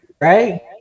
right